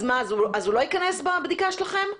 אז הוא לא ייכנס בבדיקה שלכם?